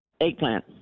Eggplant